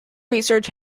research